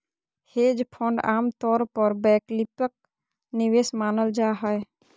hedge fund आमतौर पर वैकल्पिक निवेश मानल जा हय